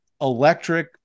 electric